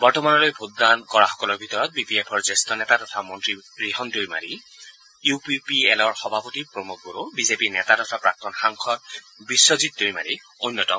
বৰ্তমানলৈ ভোটদান কৰাসকলৰ ভিতৰত বি পি এফৰ জ্যেষ্ঠ নেতা তথা মন্ত্ৰী ৰিহণ দৈমাৰী ইউ পি পি এলৰ সভাপতি Pramod Boro B J P নেতা তথা প্ৰাক্তন সাংসদ বিশ্বজিৎ দৈমাৰী অন্যতম